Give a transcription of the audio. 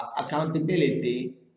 accountability